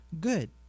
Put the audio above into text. good